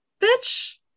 Bitch